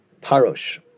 Parosh